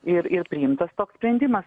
ir ir priimtas toks sprendimas